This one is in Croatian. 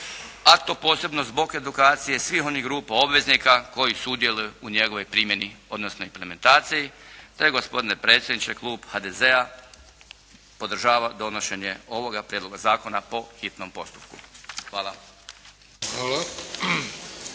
a to posebno zbog edukacije svih onih grupa obveznika koji sudjeluju u njegovoj primjeni, odnosno implementaciji, te je gospodine predsjedniče klub HDZ-a podržava donošenje ovoga prijedloga zakona po hitnom postupku. Hvala.